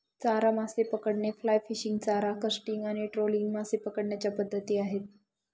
चारा मासे पकडणे, फ्लाय फिशिंग, चारा कास्टिंग आणि ट्रोलिंग मासे पकडण्याच्या पद्धती आहेत